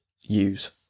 use